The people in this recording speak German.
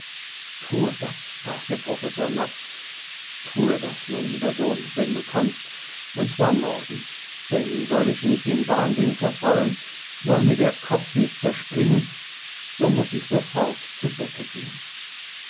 tue das sprach der professor matt tue das mein lieber sohn wenn du kannst und zwar morgen denn soll ich nicht in wahnsinn verfallen soll mir der kopf nicht zerspringen so muß ich sofort zu bette gehen